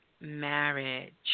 Marriage